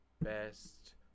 best